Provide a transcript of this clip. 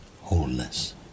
wholeness